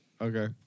okay